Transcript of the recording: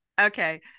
Okay